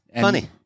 Funny